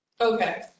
okay